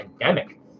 pandemic